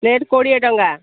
plate କୋଡ଼ିଏ ଟଙ୍କା